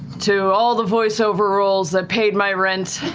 to all the voice over roles that paid my rent